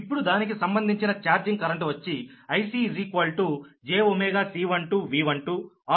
ఇప్పుడు దానికి సంబంధించిన చార్జింగ్ కరెంటు వచ్చి ICjω C12V12ఆంపియర్ పర్ కిలోమీటర్